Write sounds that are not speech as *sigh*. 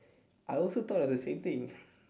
I also thought of the same thing *laughs*